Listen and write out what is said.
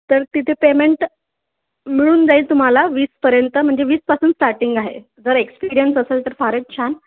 तर तिथे पेमेंट मिळून जाईल तुम्हाला वीसपर्यंत म्हणजे वीसपासून स्टार्टिंग आहे जर एक्सपिरियन्स असेल तर फारच छान